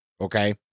okay